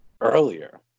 earlier